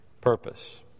purpose